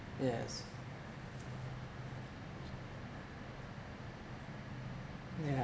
yes yeah